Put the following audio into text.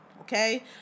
okay